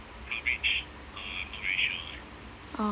orh